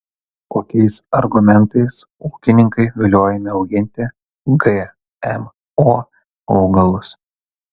kokiais argumentais ūkininkai viliojami auginti gmo augalus